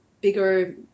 bigger